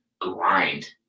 grind